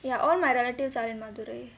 ya all my relatives are in madurai